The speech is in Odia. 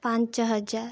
ପାଞ୍ଚ ହଜାର